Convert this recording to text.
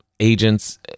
agents